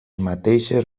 mateixes